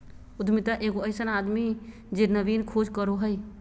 उद्यमिता एगो अइसन आदमी जे नवीन खोज करो हइ